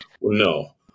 No